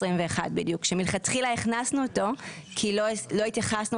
מלכתחילה הכנסנו אותו כי לא התייחסנו